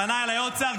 פנה אליי עוד שר,